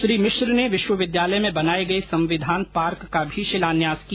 श्री मिश्र ने विश्वविद्यालय में बनाये गये संविधान पार्क का भी शिलान्यास किया